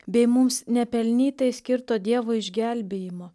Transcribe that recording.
bei mums nepelnytai skirto dievo išgelbėjimo